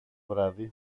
βράδυ